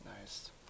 Nice